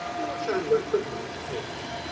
little chandler quickened his pace.